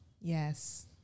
Yes